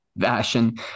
fashion